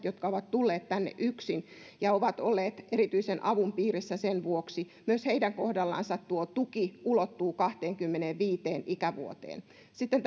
jotka ovat tulleet tänne yksin ja ovat olleet erityisen avun piirissä sen vuoksi tuo tuki ulottuu kahteenkymmeneenviiteen ikävuoteen sitten